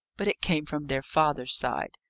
but it came from their father's side,